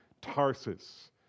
Tarsus